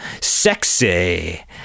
sexy